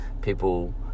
people